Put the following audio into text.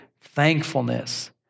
thankfulness